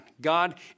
God